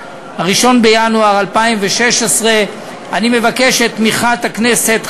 1 בינואר 2016. אני מבקש את תמיכת הכנסת,